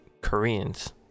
Koreans